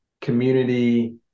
community